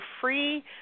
free